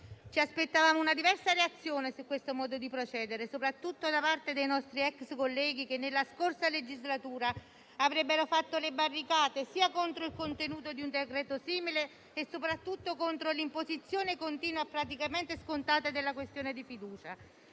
Ci aspettavamo una diversa reazione su questo modo di procedere, soprattutto da parte dei nostri ex colleghi, che nella scorsa legislatura avrebbero fatto le barricate, sia contro il contenuto di un decreto simile che soprattutto contro l'imposizione continua e praticamente scontata della questione di fiducia.